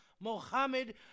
Mohammed